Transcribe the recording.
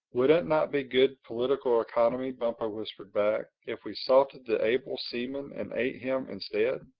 would it not be good political economy, bumpo whispered back, if we salted the able seaman and ate him instead?